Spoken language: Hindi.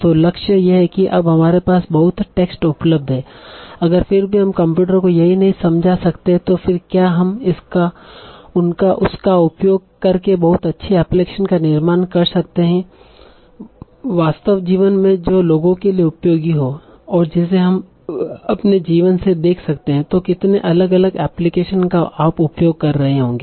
तो लक्ष्य यह है कि अब हमारे पास बहुत टेक्स्ट उपलब्ध है अगर फिर भी हम कंप्यूटर को यह नहीं समझा सकते तो फिर क्या हम उसका उपयोग कर के बहुत अच्छी एप्लीकेशन का निर्माण कर सकते है वास्तव जीवन में जो लोगों के लिए उपयोगी हों और जिसे हम अपने जीवन से देख सकते हैं तो कितने अलग अलग एप्लीकेशन का आप उपयोग कर रहे होंगे